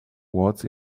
walls